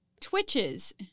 Twitches